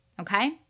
okay